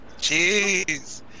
Jeez